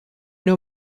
know